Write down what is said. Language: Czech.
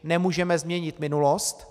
Nemůžeme změnit minulost.